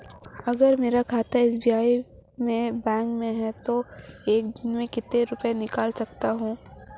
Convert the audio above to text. अगर मेरा खाता एस.बी.आई बैंक में है तो मैं एक बार में कितने रुपए निकाल सकता हूँ?